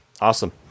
Awesome